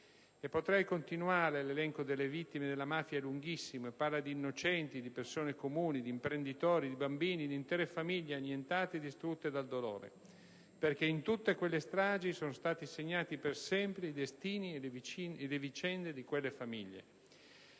all'infinito: l'elenco delle vittime della mafia è lunghissimo e parla di innocenti, di persone comuni, di imprenditori, di bambini, di intere famiglie annientate e distrutte dal dolore, perché in tutte quelle stragi sono stati segnati per sempre i destini e le vicende di quelle famiglie.